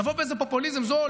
לבוא באיזה פופוליזם זול,